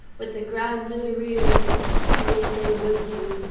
with the grand miserere to which they whipped you,